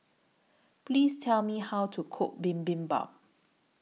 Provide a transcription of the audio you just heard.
Please Tell Me How to Cook Bibimbap